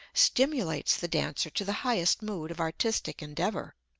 stimulates the dancer to the highest mood of artistic endeavor.